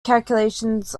calculations